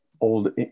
old